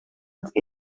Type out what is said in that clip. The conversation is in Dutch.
het